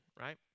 right